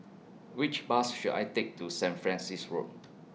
Which Bus should I Take to Saint Francis Road